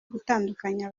gutandukanya